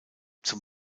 zum